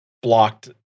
blocked